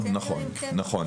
זה הכלל.